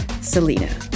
selena